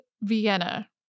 Vienna